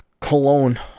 cologne